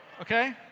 okay